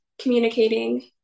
communicating